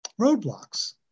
roadblocks